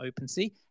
OpenSea